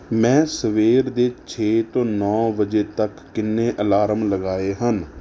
ਮੈਂ ਸਵੇਰ ਦੇ ਛੇ ਤੋਂ ਨੌਂ ਵਜੇ ਤੱਕ ਕਿੰਨੇ ਅਲਾਰਮ ਲਗਾਏ ਹਨ